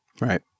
Right